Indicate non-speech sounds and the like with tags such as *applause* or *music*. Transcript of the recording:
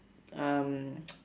um *noise*